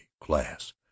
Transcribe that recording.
class